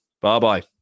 Bye-bye